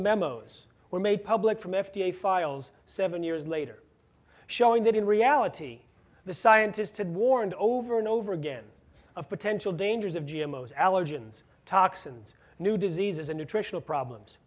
memos were made public from f d a files seven years later showing that in reality the scientists had warned over and over again of potential dangers of g m o's allergens toxins new diseases and nutritional problems